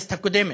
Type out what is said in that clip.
בכנסת הקודמת.